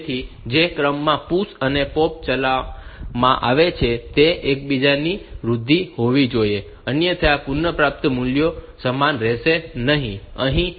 તેથી જે ક્રમમાં PUSH અને POP ચલાવવામાં આવે છે તે એકબીજાની વિરુદ્ધ હોવા જોઈએ અન્યથા પુનઃપ્રાપ્ત મૂલ્યો સમાન રહેશે નહીં